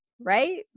right